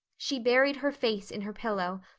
she buried her face in her pillow,